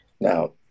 Now